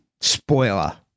spoiler